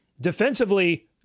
Defensively